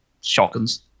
shotguns